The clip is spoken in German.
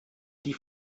die